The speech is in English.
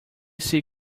see